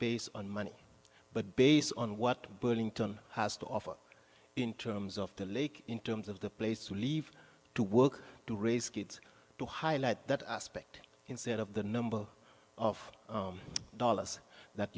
based on money but based on what burlington has to offer in terms of the lake in terms of the place to leave to work to raise kids to highlight that aspect instead of the number of dollars that